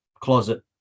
closet